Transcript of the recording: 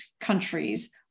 countries